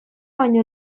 baino